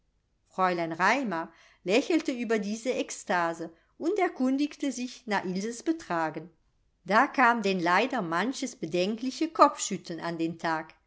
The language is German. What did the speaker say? fräulein raimar lächelte über diese ekstase und erkundigte sich nach ilses betragen da kam denn leider manches bedenkliche kopfschütteln an den tag